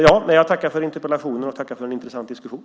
Jag tackar för interpellationen och för en intressant diskussion.